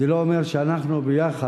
זה לא אומר שאנחנו ביחד